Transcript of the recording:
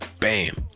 bam